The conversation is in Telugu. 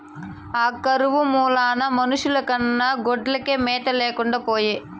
ఈ కరువు మూలాన మనుషుల కన్నా గొడ్లకే మేత లేకుండా పాయె